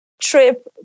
trip